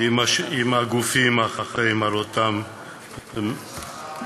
עם הגופים האחראים לאותם נכים.